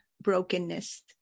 brokenness